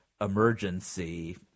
emergency